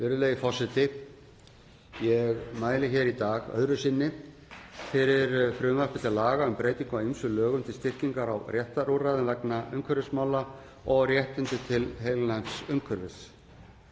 Virðulegi forseti. Ég mæli hér öðru sinni fyrir frumvarpi til laga um breytingu á ýmsum lögum til styrkingar á réttarúrræðum vegna umhverfismála og réttinum til heilnæms umhverfis.